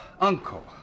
uncle